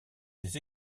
des